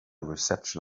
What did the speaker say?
reception